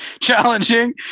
challenging